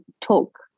talk